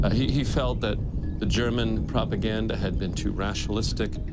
ah he he felt that the german propaganda had been too rationalistic,